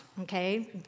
okay